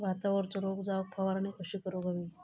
भातावरचो रोग जाऊक फवारणी कशी करूक हवी?